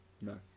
no